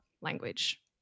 language